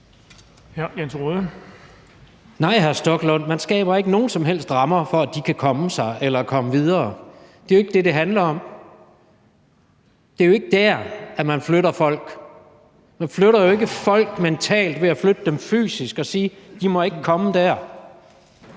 Nej, hr. Rasmus Stoklund, man skaber ikke nogen som helst rammer for, at de kan komme sig eller komme videre. Det er jo ikke det, det handler om. Det er jo ikke der, hvor man flytter folk. Man flytter jo ikke folk mentalt ved at flytte dem fysisk og sige, at de ikke må komme der.